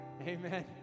Amen